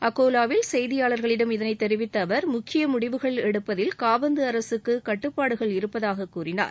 அகோலாவில் செய்தியாளர்களிடம் இதனை தெரிவித்த அவர் முக்கிய முடிவுகள் எடுப்பதில் காபந்து அரசுக்கு கட்டுப்பாடுகள் இருப்பதாக கூறினார்